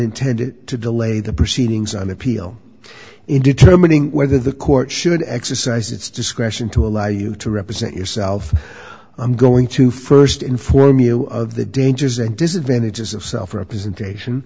intended to delay the proceedings on appeal in determining whether the court should exercise its discretion to allow you to represent yourself i'm going to first inform you of the dangers and disadvantages of self representation